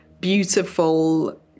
beautiful